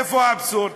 איפה האבסורד?